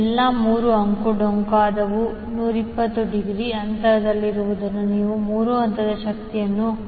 ಈ ಎಲ್ಲಾ 3 ಅಂಕುಡೊಂಕಾದವು 120 ಡಿಗ್ರಿ ಅಂತರದಲ್ಲಿರುವುದರಿಂದ ನೀವು 3 ಹಂತದ ಶಕ್ತಿಯನ್ನು